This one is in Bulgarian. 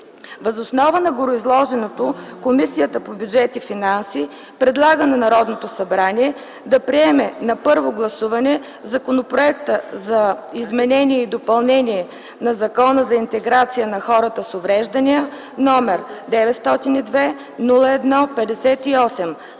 Въз основа на гореизложеното Комисията по бюджет и финанси предлага на Народното събрание да приеме на първо гласуване Законопроекта за изменение и допълнение на Закона за интеграция на хората с увреждания № 902-01-58,